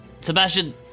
Sebastian